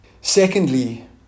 Secondly